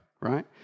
right